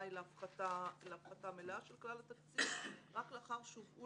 היא להפחתה מלאה של כלל התקציב - רק לאחר שהובאו